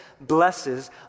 blesses